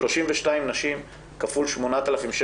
32 נשים כפול 8,000,